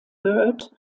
byrd